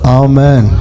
amen